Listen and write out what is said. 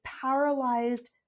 paralyzed